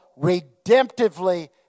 redemptively